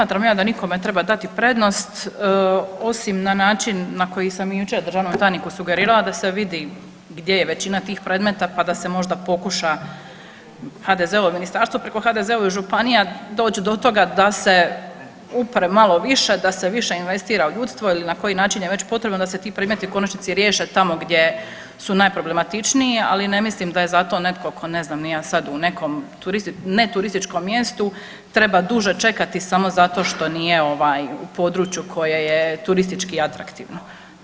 Ne smatram ja da nikome treba dati prednost osim na način na koji sam jučer državnom tajniku sugerirala da se vidi gdje je većina tih predmeta, pa da se možda pokuša, HDZ-ovo ministarstvo preko HDZ-ove županija doći do toga da se upre malo više, da se više investira u ljudstvo ili na koji način je već potrebno, da se ti predmeti u konačnici riješe tamo gdje su najproblematičniji, ali ne mislim da je zato tko, ne znam ni ja sad, u nekom neturističkom mjestu treba duže čekati samo zato što nije u području koje je turistički atraktivno.